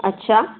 अच्छा